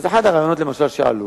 אז אחד הרעיונות, למשל, שעלו,